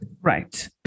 Right